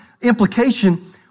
implication